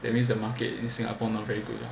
that means the market in Singapore not very good lah